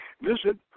visit